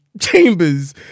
Chambers